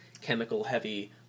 chemical-heavy